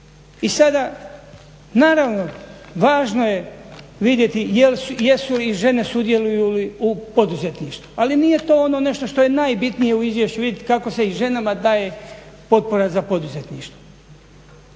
I sada naravno važno je vidjeti jesu li i žene sudjeluju li u poduzetništvu, ali nije to ono nešto što je najbitnije u izvješću vidjet kako se i ženama daje potpora za poduzetništvo.